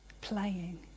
playing